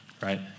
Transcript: right